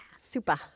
super